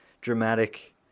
dramatic